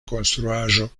konstruaĵo